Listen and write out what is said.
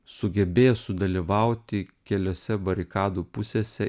sugebėjo sudalyvauti keliose barikadų pusėse